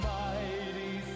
mighty